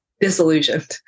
disillusioned